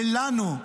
ולנו,